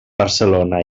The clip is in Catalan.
barcelona